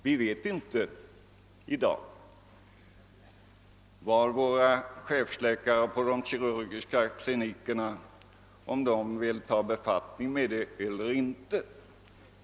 Vi vet i dag heller inte om våra chefsläkare vid de kirurgiska klinikerna vill befatta sig med denna nya wmetod.